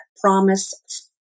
promise